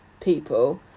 people